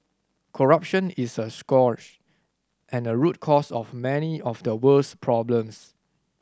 corruption is a scourge and a root cause of many of the world's problems